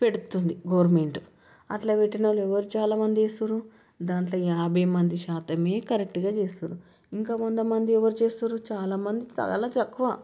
పెడుతుంది గవర్నమెంట్ అట్ల పెట్టిన వాళ్ళు ఎవరు చాలా మంది చేస్తురు దాంట్లో యాభై మంది శాతమే కరెక్ట్గా చేస్తురు ఇంకా వంద మంది ఎవరు చేస్తురు చాలామంది చాలా తక్కువ